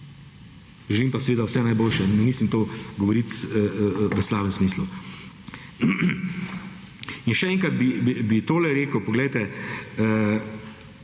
Želim pa seveda vse najboljše. Ne mislim to govorit v slabem smislu. In še enkrat bi tole rekel, poglejte,